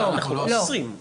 לא, אנחנו לא אוסרים.